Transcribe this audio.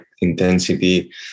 intensity